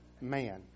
man